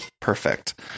perfect